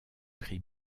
prix